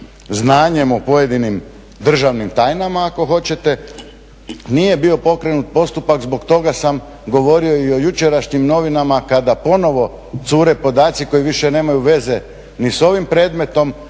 znanjem o pojedinim državnim tajnama ako hoćete, nije bio pokrenut postupak, zbog toga sam govorio i o jučerašnjim novinama kada ponovo cure podaci koji više nemaju veze ni s ovim predmetom,